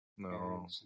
No